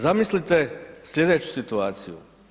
Zamislite sljedeću situaciju.